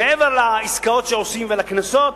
מעבר לעסקאות שעושים ולקנסות,